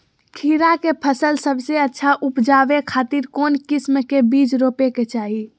खीरा के फसल सबसे अच्छा उबजावे खातिर कौन किस्म के बीज रोपे के चाही?